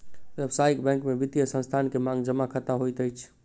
व्यावसायिक बैंक में वित्तीय संस्थान के मांग जमा खता होइत अछि